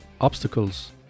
obstacles